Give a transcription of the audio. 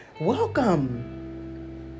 Welcome